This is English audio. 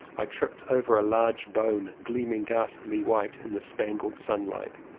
i tripped over a large bone gleaming ghastly white in the spangled sunlight.